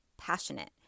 passionate